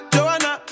Joanna